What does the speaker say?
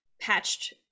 patched